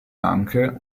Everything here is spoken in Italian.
anche